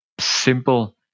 simple